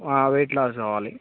wait loss కావాలి